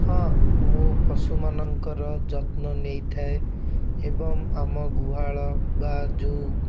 ହଁ ମୁଁ ପଶୁମାନଙ୍କର ଯତ୍ନନେଇଥାଏ ଏବଂ ଆମ ଗୁହାଳ ବା ଯୋଉ